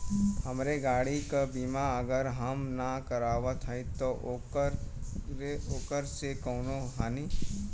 हमरे गाड़ी क बीमा अगर हम ना करावत हई त ओकर से कवनों हानि?